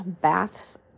baths